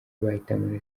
bahitanywe